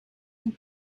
and